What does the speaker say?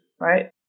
right